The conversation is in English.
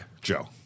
joe